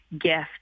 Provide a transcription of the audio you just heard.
gift